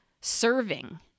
Serving